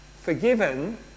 forgiven